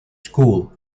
school